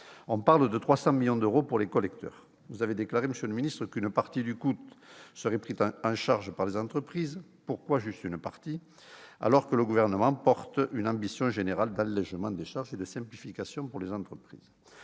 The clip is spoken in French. On parle de 300 millions d'euros pour les collecteurs. Vous avez déclaré, monsieur le ministre, qu'une partie du coût serait pris en charge par les entreprises. Pourquoi juste « une partie », alors que le Gouvernement porte une ambition générale d'allégement des charges et de simplification pour les entreprises